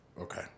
Okay